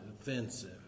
offensive